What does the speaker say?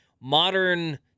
modern